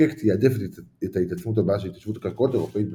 החוקק תעדף את ההתעצמות הבאה של התיישבות קרקעות אירופאית בתוניסיה.